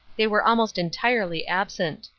they were almost entirely absent.